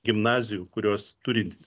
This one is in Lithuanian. gimnazijų kurios turi